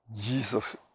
Jesus